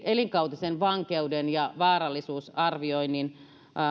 elinkautisen vankeuden ja vaarallisuusarvioinnin